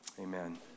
Amen